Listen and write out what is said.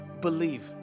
believe